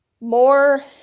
more